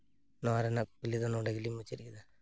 ᱱᱚᱣᱟ ᱨᱮᱭᱟᱜ ᱠᱩᱠᱞᱤ ᱫᱚ ᱱᱚᱰᱮ ᱜᱮᱞᱤᱧ ᱢᱩᱪᱟᱹᱫ ᱠᱮᱫᱟ